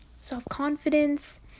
self-confidence